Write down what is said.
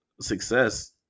success